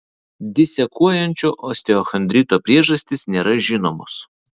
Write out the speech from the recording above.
disekuojančio osteochondrito priežastys nėra žinomos